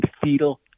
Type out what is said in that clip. fetal